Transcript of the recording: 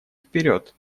вперед